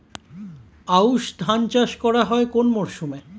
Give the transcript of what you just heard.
আউশ ধান চাষ করা হয় কোন মরশুমে?